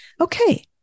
Okay